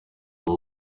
ubu